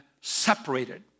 separated